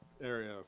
Area